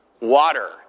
Water